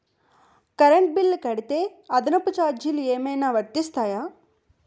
Current bill కడితే అదనపు ఛార్జీలు ఏమైనా వర్తిస్తాయా?